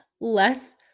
less